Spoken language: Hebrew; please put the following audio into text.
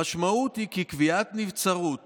המשמעות היא כי קביעת נבצרות